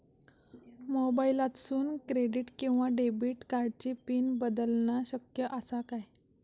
मोबाईलातसून क्रेडिट किवा डेबिट कार्डची पिन बदलना शक्य आसा काय?